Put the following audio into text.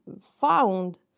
found